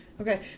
Okay